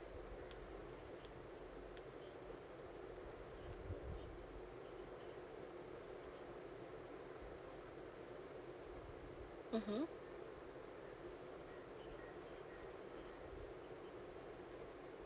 mmhmm